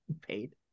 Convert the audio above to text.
paid